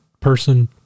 person